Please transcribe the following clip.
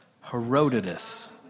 Herodotus